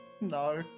No